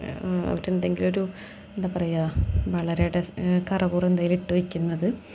അവരെ എന്തെങ്കിലൊരു എന്താ പറയുക അവരുടെ കറപുറ എന്തെങ്കിലും ഇട്ടു വെക്കുന്നത്